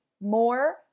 more